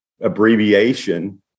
abbreviation